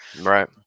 Right